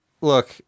Look